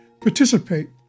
Participate